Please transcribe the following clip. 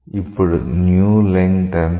ఇప్పుడు new length ఎంత